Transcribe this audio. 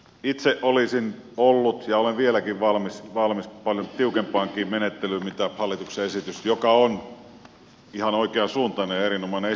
itse olisin ollut ja olen vieläkin valmis paljon tiukempaankin menettelyyn kuin hallituksen esitys joka on ihan oikean suuntainen ja erinomainen esitys sinällään